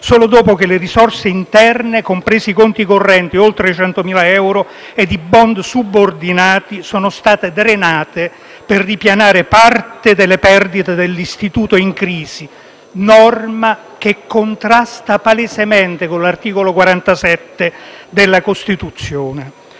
solo dopo che le risorse interne, compresi i conti correnti oltre i 100.000 euro ed i *bond* subordinati, siano state drenate per ripianare parte delle perdite dell'istituto in crisi. Norma che contrasta palesemente con l'articolo 47 della Costituzione.